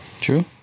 true